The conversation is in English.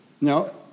No